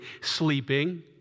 Sleeping